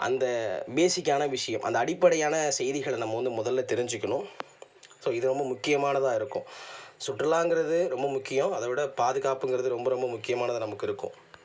அந்த பேஸிக்கான விஷயம் அந்த அடிப்படையான செய்திகளை நம்ம வந்து முதல்ல தெரிஞ்சுக்கணும் ஸோ இது ரொம்ப முக்கியமானதாக இருக்கும் சுற்றுலாங்கிறது ரொம்ப முக்கியம் அதை விட பாதுகாப்புங்கிறது ரொம்ப ரொம்ப முக்கியமானது நமக்கு இருக்கும்